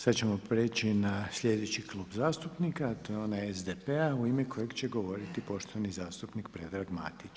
Sad ćemo prijeći na sljedeći klub zastupnika a to je onaj SDP-a u ime kojeg će govoriti poštovani zastupnik Predrag Matić.